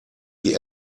die